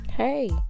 Hey